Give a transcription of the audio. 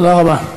תודה רבה.